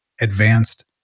advanced